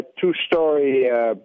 two-story